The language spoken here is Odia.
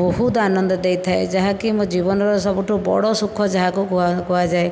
ବହୁତ ଆନନ୍ଦ ଦେଇଥାଏ ଯାହାକି ମୋ ଜୀବନର ସବୁଠୁ ବଡ଼ ସୁଖ ଯାହାକୁ କୁହା କୁହାଯାଏ